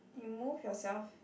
you move yourself